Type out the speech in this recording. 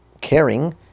caring